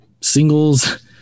singles